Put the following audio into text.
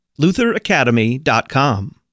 lutheracademy.com